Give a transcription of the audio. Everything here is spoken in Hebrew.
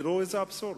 תראו איזה אבסורד: